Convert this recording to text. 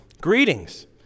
greetings